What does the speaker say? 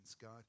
God